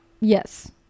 Yes